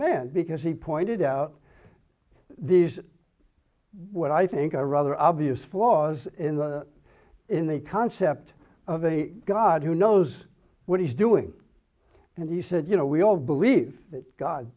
man because he pointed out these what i think are rather obvious flaws in the concept of a god who knows what he's doing and he said you know we all believe that god